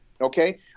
okay